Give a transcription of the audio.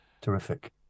Terrific